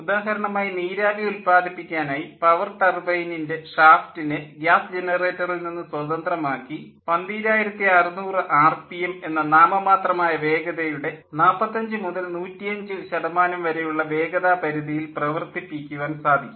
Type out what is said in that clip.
ഉദാഹരണമായി നീരാവി ഉല്പാദിപ്പിക്കാനായി പവർ ടർബൈനിൻ്റെ ഷാഫ്റ്റിനെ ഗ്യാസ് ജനറേറ്ററിൽ നിന്ന് സ്വതന്ത്രമാക്കി 12600 ആർപിഎം എന്ന നാമമാത്രമായ വേഗതയുടെ 45 മുതൽ 105 വരെയുള്ള വേഗതാ പരിധിയിൽ പ്രവർത്തിപ്പിക്കുവാൻ സാധിക്കും